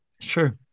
Sure